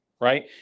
right